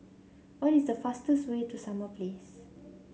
what is the fastest way to Summer Place